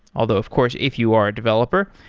although of course if you are a developer,